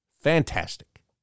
fantastic